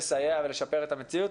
ולנסות לסייע ולשפר את המציאות.